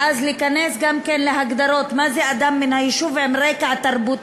ואז להיכנס גם כן להגדרות מה זה "אדם מן היישוב" עם רקע תרבותי